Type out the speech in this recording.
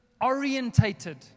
orientated